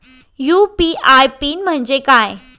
UPI PIN म्हणजे काय?